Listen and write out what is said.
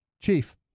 Chief